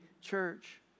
church